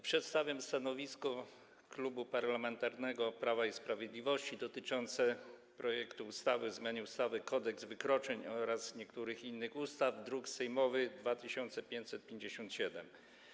Przedstawiam stanowisko Klubu Parlamentarnego Prawo i Sprawiedliwość dotyczące projektu ustawy o zmianie ustawy Kodeks wykroczeń oraz niektórych innych ustaw, druk nr 2557.